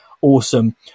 awesome